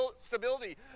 stability